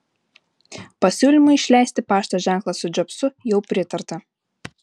pasiūlymui išleisti pašto ženklą su džobsu jau pritarta